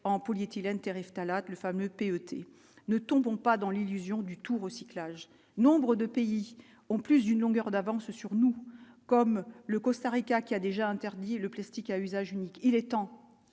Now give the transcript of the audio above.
en polyéthylène Terry phtalates, le fameux P. E. T. ne tombons pas dans l'illusion du tout recyclage, nombre de pays ont plus d'une longueur d'avance sur nous comme le Costa Rica, qui a déjà interdit le plastique à usage unique, il est temps